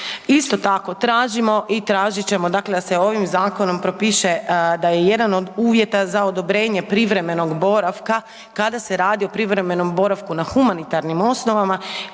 Isto tako tražimo i tražit ćemo dakle da se ovim zakonom propiše da je jedan od uvjeta za odobrenje privremenog boravka kada se radi o privremenom boravku na humanitarnim osnovama,